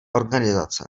organizace